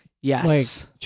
yes